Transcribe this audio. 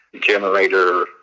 generator